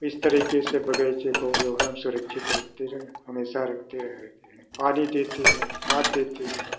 इस तरीके से बगीचे को जो है हम सुरक्षित रखते रहें हमेशा रखते रहे हैं पानी देते हैं खाद देते हैं